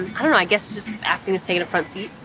i don't know i guess acting has taken a front seat.